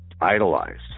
idolized